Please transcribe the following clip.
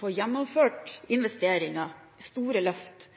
få gjennomført investeringer, å ta store løft